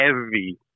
heavy